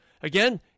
Again